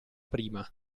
prima